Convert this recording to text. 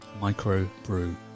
MicroBrew